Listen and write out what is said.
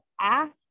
ask